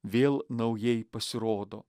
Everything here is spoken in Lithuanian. vėl naujai pasirodo